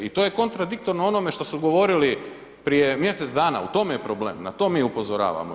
I to je kontradiktorno onome što su govorili prije mjesec dana, u tome je problem, na to mi upozoravamo.